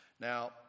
now